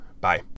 Bye